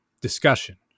discussion